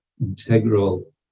integral